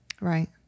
Right